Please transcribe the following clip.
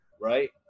right